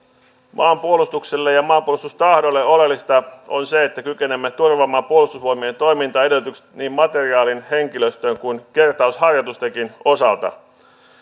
maanpuolustukselle ja ja maanpuolustustahdolle oleellista on se että kykenemme turvaamaan puolustusvoimien toimintaedellytykset niin materiaalin henkilöstön kuin kertausharjoitustenkin osalta